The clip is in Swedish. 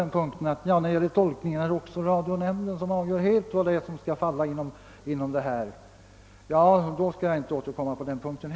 Nu säger utbildningsministern att radionämnden helt avgör även vad som skall falla inom ramen för detta samarbete, och då skall jag inte återkomma på den punkten.